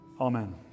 Amen